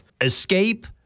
escape